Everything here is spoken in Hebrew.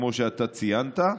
כמו שאתה ציינת.